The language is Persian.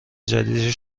جدید